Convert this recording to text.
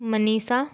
Manisha